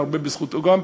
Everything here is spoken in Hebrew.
והרבה בזכותו גם,